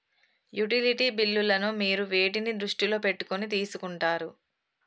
Utility బిల్లులను మీరు వేటిని దృష్టిలో పెట్టుకొని తీసుకుంటారు?